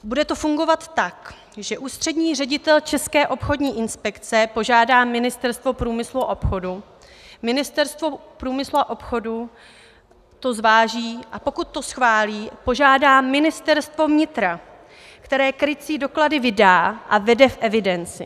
Bude to fungovat tak, že ústřední ředitel České obchodní inspekce požádá Ministerstvo průmyslu a obchodu, Ministerstvo průmyslu a obchodu to zváží, a pokud to schválí, požádá Ministerstvo vnitra, které krycí doklady vydá a vede v evidenci.